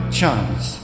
chance